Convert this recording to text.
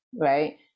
right